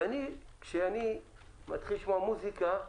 כשאני מתחיל לשמוע מוסיקה,